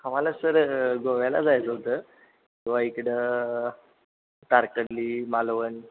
आम्हाला सर गोव्याला जायचं होतं किंवा इकडं तारकर्ली मालवण